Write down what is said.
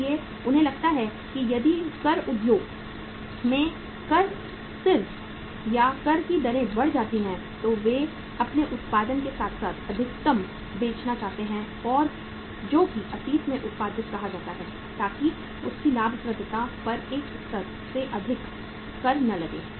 इसलिए उन्हें लगता है कि यदि कर उद्योग में कर स्तर या कर की दरें बढ़ जाती हैं तो वे अपने उत्पादन के साथ अधिकतम बेचना चाहते हैं जो कि अतीत में उत्पादित कहा जाता है ताकि उनकी लाभप्रदता पर एक स्तर से अधिक कर न लगे